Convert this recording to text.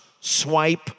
swipe